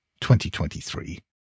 2023